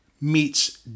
meets